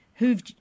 who've